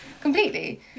Completely